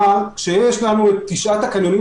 ביקשנו מהם לעשות את זה